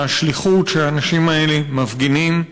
מהשליחות שהאנשים האלה מפגינים.